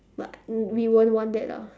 but we won't want that lah